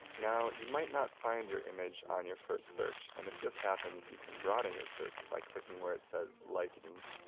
now, you might not find your image on your first search, and if this happens, you can broaden your search by clicking where it says, license,